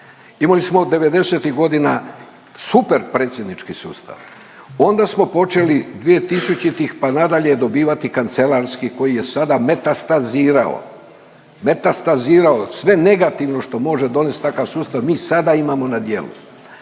Imali smo od devedesetih godina super predsjednički sustav, onda smo počeli dvije tisućitih, pa na dalje dobivati kancelarski koji je sada metastazirao, metastazirao sve negativno što može donesti takav sustav mi sada imamo na djelu.